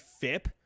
FIP